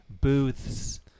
booths